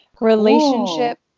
relationship